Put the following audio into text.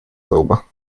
sauber